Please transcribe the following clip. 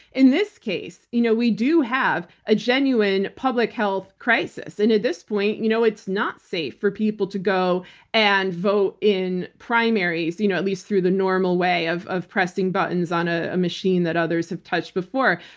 in this case, you know we do have a genuine public health crisis. and at this point, you know it's not safe for people to go and vote in primaries you know at least through the normal way of of pressing buttons on ah a machine that others have touched before.